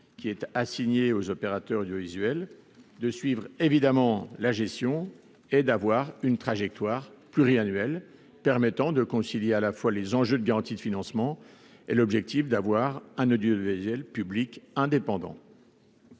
public assignées aux opérateurs audiovisuels, de suivre la gestion du dispositif et de tracer une trajectoire pluriannuelle permettant de concilier les enjeux de garantie de financement et l'objectif d'un audiovisuel public indépendant.